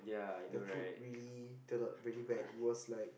there food really turn out really bad it was like